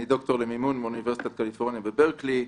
אני דוקטור למימון מאוניברסיטת קליפורניה בברקלי.